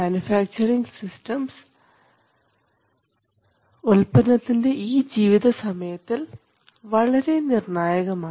manufacturing systems ഉൽപ്പന്നത്തിൻറെ ഈ ജീവിതസമയത്തിൽ വളരെ നിർണായകമാണ്